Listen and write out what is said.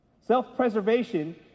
Self-preservation